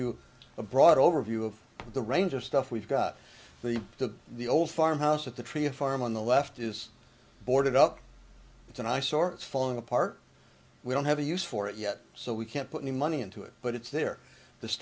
you a broad overview of the range of stuff we've got to the old farmhouse at the tree a farm on the left is boarded up it's an eyesore it's falling apart we don't have a use for it yet so we can't put any money into it but it's there th